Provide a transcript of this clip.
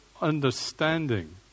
understanding